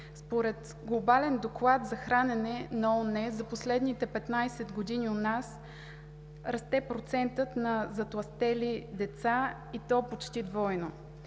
Според Глобален доклад за хранене на ООН за последните 15 години у нас процентът на затлъстели деца расте, и то почти двойно.